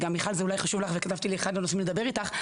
וגם מיכל זה אולי חשוב לך וכתבתי לי שזה אחד הנושאים לדבר איתך,